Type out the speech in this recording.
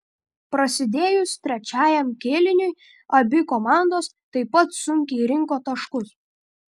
prasidėjus trečiajam kėliniui abi komandos taip pat sunkiai rinko taškus